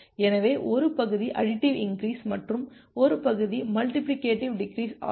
எனவே ஒரு பகுதி அடிட்டிவ் இன்கிரீஸ் மற்றும் ஒரு பகுதி மல்டிபிலிகேடிவ் டிகிரிஸ் ஆகும்